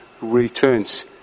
returns